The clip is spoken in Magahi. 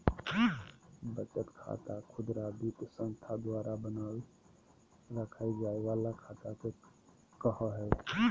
बचत खाता खुदरा वित्तीय संस्था द्वारा बनाल रखय जाय वला खाता के कहो हइ